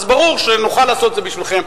אז ברור שנוכל לעשות את זה בשבילכם,